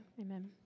Amen